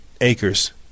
acres